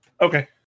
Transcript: Okay